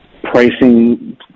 pricing